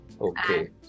okay